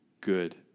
good